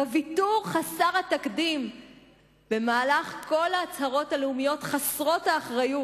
בוויתור חסר התקדים במהלך כל ההצהרות הלאומיות חסרות האחריות,